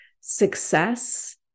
success